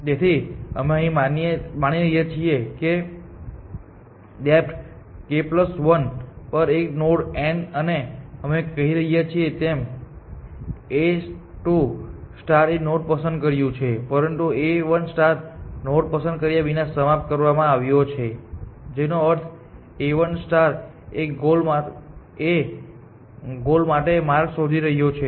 તેથી અમે અહીં માની રહ્યા છીએ કે ડેપ્થ k1 પર એક નોડ N અને અમે કહી રહ્યા છીએ કે A2 એ નોડ પસંદ કર્યું છે પરંતુ A1 નોડ પસંદ કર્યા વિના સમાપ્ત કરવામાં આવ્યો છે જેનો અર્થ A1 એ ગોલ માટે માર્ગ શોધી લીધો છે